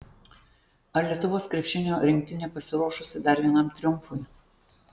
ar lietuvos krepšinio rinktinė pasiruošusi dar vienam triumfui